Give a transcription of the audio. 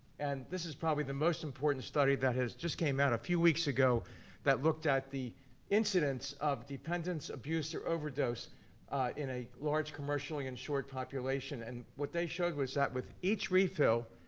and this is probably the most important study that has just came out a few weeks ago that looked at the incidence of dependence, abuse, or overdose in a large, commercially insured population. and what they showed is that with each refill,